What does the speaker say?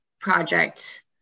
project